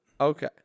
Okay